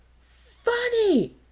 Funny